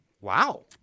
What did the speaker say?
Wow